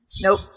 nope